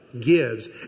gives